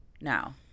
now